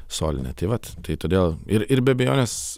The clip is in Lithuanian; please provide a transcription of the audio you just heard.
solinę tai vat tai todėl ir ir be abejonės